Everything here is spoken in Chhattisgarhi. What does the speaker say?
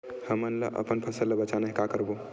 हमन ला अपन फसल ला बचाना हे का करबो?